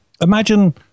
Imagine